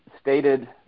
stated